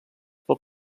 pel